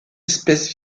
espèces